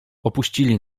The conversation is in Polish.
opuścili